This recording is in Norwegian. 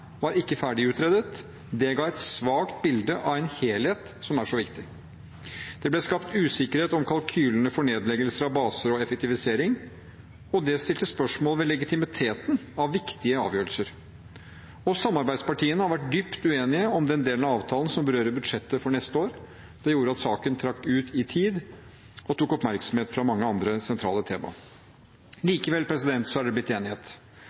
var ikke ferdig utredet. Det ga et svakt bilde av en helhet som er så viktig. Det ble skapt usikkerhet om kalkylene for nedleggelser av baser og effektivisering. Det stilte spørsmål ved legitimiteten av viktige avgjørelser. Samarbeidspartiene har vært dypt uenige om den delen av avtalen som berører budsjettet for neste år. Det gjorde at saken trakk ut i tid og tok oppmerksomhet fra mange andre sentrale tema. Likevel er det blitt enighet.